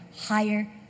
higher